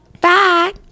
bye